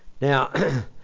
Now